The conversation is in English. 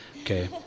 okay